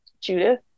Judith